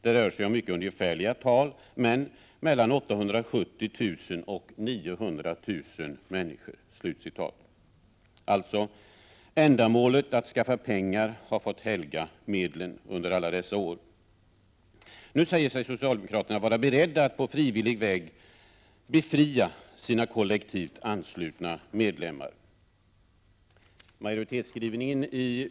Det rör sig om mycket ungefärliga tal mellan 870 000 och 900 000 människor. Ändamålet att skaffa pengar har alltså fått helga medlen under alla dessa år. Nu säger sig socialdemokraterna vara beredda att på frivillig väg befria sina kollektivt anslutna medlemmar.